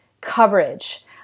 coverage